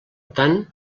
tant